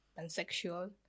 pansexual